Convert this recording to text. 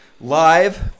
live